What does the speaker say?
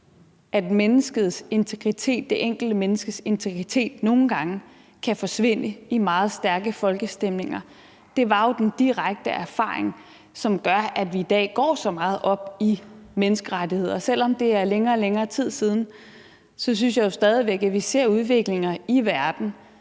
det enkelte menneskes integritet, nogle gange kan forsvinde i meget stærke folkestemninger. Det var jo den direkte erfaring, som gør, at vi i dag går så meget op i menneskerettigheder. Selv om det er længere og længere tid siden, synes jeg jo stadig væk, at vi ser udviklinger i verden,